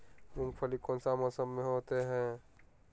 मूंगफली कौन सा मौसम में होते हैं?